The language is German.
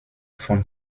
von